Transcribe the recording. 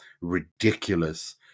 ridiculous